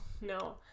No